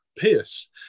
Pierce